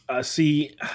See